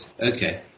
okay